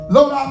Lord